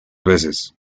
veces